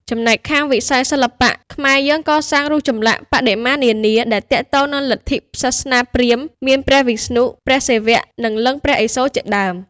ចំណែក ខាងវិស័យសិល្បៈ ខ្មែរយើងកសាងរូបចម្លាក់ បដិមានានា ដែលទាក់ទងនឹងលទ្ធិ សាសនាព្រាហ្មណ៍ មានព្រះវិស្ណុ ព្រះសិវៈ និងលិង្គព្រះឥសូរជាដើម។